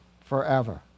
forever